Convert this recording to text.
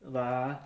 but ah